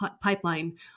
Pipeline